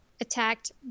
attacked